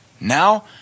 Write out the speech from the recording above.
Now